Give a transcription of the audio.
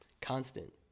constant